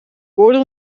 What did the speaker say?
oordeel